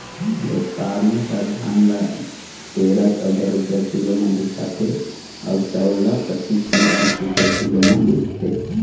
बेपारी ह धान ल तेरा, चउदा रूपिया किलो म बिसाथे अउ चउर ल पचीस ले तीस रूपिया किलो म बेचथे